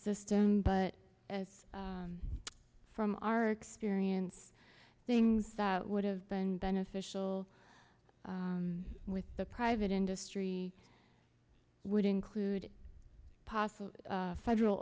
system but as from our experience things that would have been beneficial with the private industry would include possible federal